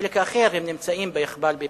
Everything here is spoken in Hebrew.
ובחלק האחר הם נמצאים ביחב"ל בפתח-תקווה.